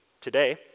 today